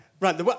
Right